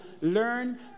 learn